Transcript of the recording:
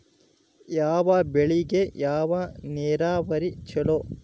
ಯಾವ ಬೆಳಿಗೆ ಯಾವ ನೇರಾವರಿ ಛಲೋ?